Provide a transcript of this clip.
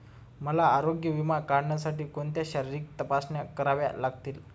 मला आरोग्य विमा काढण्यासाठी कोणत्या शारीरिक तपासण्या कराव्या लागतील?